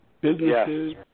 Businesses